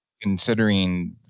considering